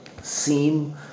seem